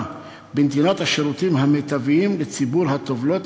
בנתינת השירותים המיטביים לציבור הטובלות,